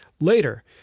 Later